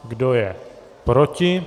Kdo je proti?